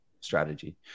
strategy